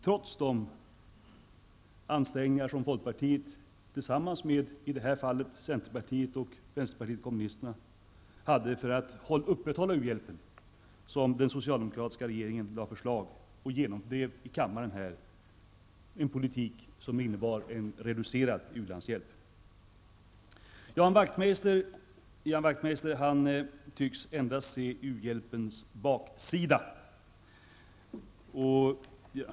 Trots de ansträngningar folkpartiet, tillsammans med i detta fall centerpartiet och vänsterpartiet kommunisterna, hade för att upprätthålla uhjälpen, lade den socialdemokratiska regeringen fram och genomdrev i kammaren en politik som innebar en reducerad u-landshjälp. Ian Wachtmeister tycks endast se u-hjälpens baksida.